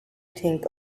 think